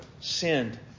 sinned